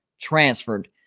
transferred